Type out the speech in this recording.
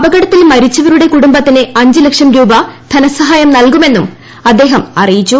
അപകടത്തിൽ മരിച്ചവരുടെ കുടുംബത്തിന് അഞ്ച് ലക്ഷം രൂപ ധനസഹായം നൽകുമെന്നും അദ്ദേഹം അറിയിച്ചു